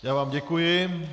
Já vám děkuji.